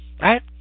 Right